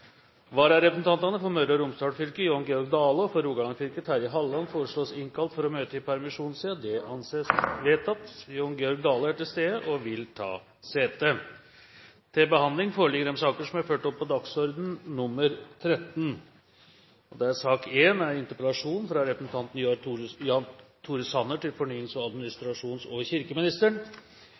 Vararepresentantene, for Møre og Romsdal fylke Jon Georg Dale og for Rogaland fylke Terje Halleland, innkalles for å møte i permisjonstiden. Jon Georg Dale er til stede og vil ta sete. La meg starte med å slå fast at vi i Norge har et godt og kompetent embetsverk og en